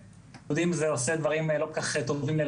שלילדים זה עושה דברים לא כל כך טובים.